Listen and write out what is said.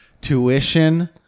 tuition